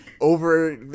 Over